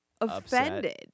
offended